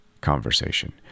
conversation